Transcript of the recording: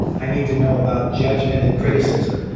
i need to know about judgment and criticism.